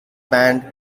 band